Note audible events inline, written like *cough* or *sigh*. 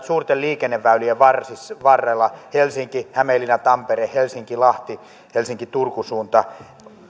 *unintelligible* suurten liikenneväylien varrella helsinki hämeenlinna tampere helsinki lahti helsinki turku suunta